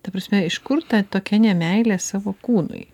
ta prasme iš kur ta tokia nemeilė savo kūnui